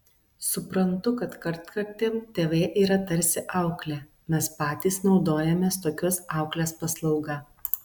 suprantu kad kartkartėm tv yra tarsi auklė mes patys naudojamės tokios auklės paslauga